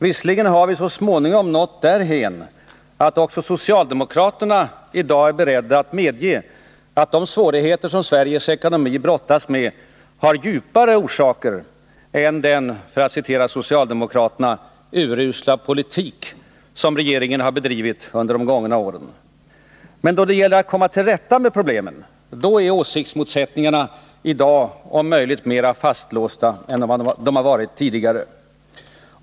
Visserligen har vi så småningom nått därhän, att även socialdemokraterna i dag är beredda att medge att de svårigheter som Sveriges ekonomi brottas med har djupare orsaker än den — för att citera socialdemokraterna — urusla politik som regeringen bedrivit under de gångna åren. Men då det gäller att komma till rätta med problemen är åsiktsmotsättningarna i dag om möjligt mera fastlåsta än de har varit tidigare.